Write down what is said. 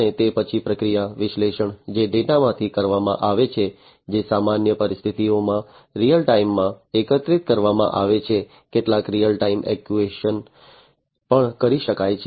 અને તે પછી પ્રક્રિયા વિશ્લેષણ જે ડેટામાંથી કરવામાં આવે છે જે સામાન્ય પરિસ્થિતિઓમાં રીઅલ ટાઇમમાં એકત્રિત કરવામાં આવે છે કેટલાક રીઅલ ટાઇમ એક્ટ્યુએશન પણ કરી શકાય છે